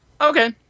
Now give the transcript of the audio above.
Okay